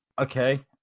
okay